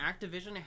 Activision